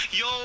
yo